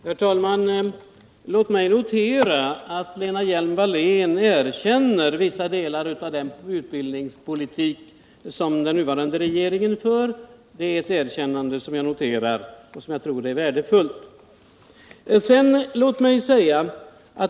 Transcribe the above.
Herr talman! Låt mig notera att Lena Hjelm-Wallén uttalar sitt erkännande för vissa delar av den utbildningspolitik som den nuvarande regeringen för. Det är ett erkännande som jag anser är värdefullt.